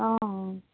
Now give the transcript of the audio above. অ অ